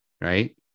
right